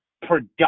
production